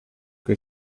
che